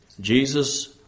Jesus